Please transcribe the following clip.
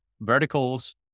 verticals